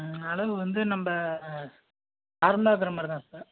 அளவு வந்து நம்ம நார்மலாக இருக்கிற மாதிரிதான் சார்